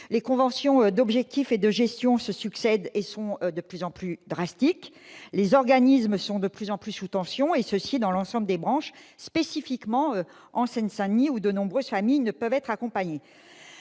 Les conventions d'objectifs et de gestion se succèdent, toujours plus drastiques. Les organismes sont de plus en plus sous tension dans l'ensemble des branches, particulièrement en Seine-Saint-Denis, où, de ce fait, de nombreuses familles ne peuvent être accompagnées.